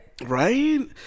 Right